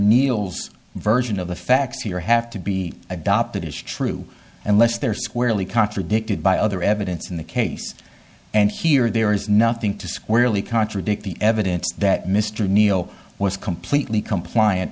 neal's version of the facts here have to be adopted as true unless there squarely contradicted by other evidence in the case and here there is nothing to squarely contradict the evidence that mr neil was completely compliant